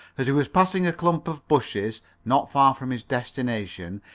as he was passing a clump of bushes, not far from his destination,